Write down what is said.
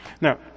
Now